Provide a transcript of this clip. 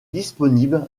disponible